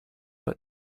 but